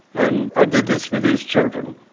and i did this with these children,